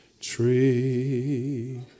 tree